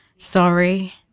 sorry